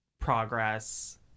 progress